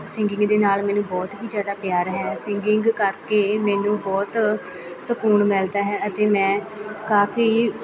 singing ਦੇ ਨਾਲ ਮੈਨੂੰ ਬਹੁਤ ਹੀ ਜ਼ਿਆਦਾ ਪਿਆਰ ਹੈ ਸਿੰਗਿੰਗ ਕਰਕੇ ਮੈਨੂੰ ਬਹੁਤ ਸਕੂਨ ਮਿਲਦਾ ਹੈ ਅਤੇ ਮੈਂ ਕਾਫ਼ੀ